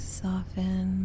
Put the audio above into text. soften